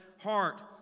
heart